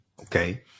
okay